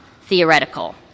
theoretical